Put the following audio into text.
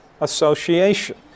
association